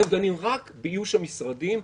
היום דנים רק באיוש המשרדים,